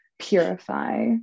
purify